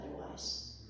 otherwise